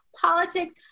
politics